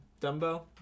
Dumbo